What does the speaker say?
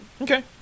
Okay